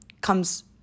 comes